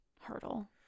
hurdle